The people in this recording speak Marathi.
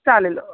चालेल